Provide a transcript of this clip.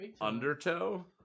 Undertow